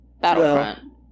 Battlefront